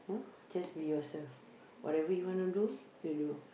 just be yourself whatever you want to do you do